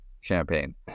champagne